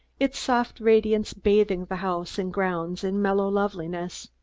its soft radiance bathing the house and grounds in mellow loveliness.